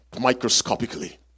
microscopically